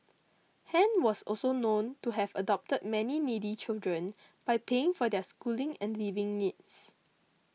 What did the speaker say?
Han was also known to have adopted many needy children by paying for their schooling and living needs